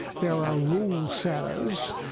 there are rule setters,